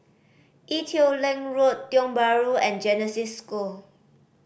Ee Teow Leng Road Tiong Bahru and Genesis School